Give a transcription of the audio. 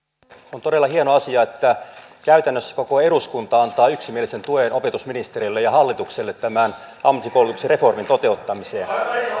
on todella hieno asia että käytännössä koko eduskunta antaa yksimielisen tuen opetusministerille ja hallitukselle tämän ammatillisen koulutuksen reformin toteuttamiseen